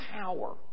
power